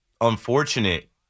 unfortunate